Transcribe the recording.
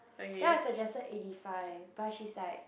then I suggested eighty five but she's like